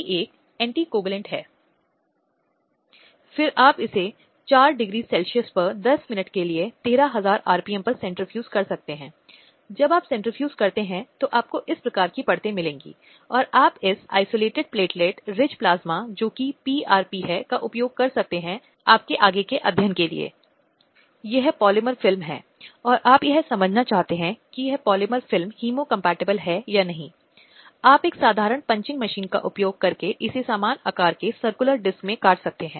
अब परिवार बहुत महत्वपूर्ण भूमिका निभा सकता है क्योंकि वे मूल संस्थान हैं जहाँ एक बच्चा जन्म लेता है और यह संस्था उसे आवश्यक पहचान देती है उसे विभिन्न मूल्यों के संबंध में विभिन्न मानदंडों के बारे में और उसकी समझ के बारे में बताती है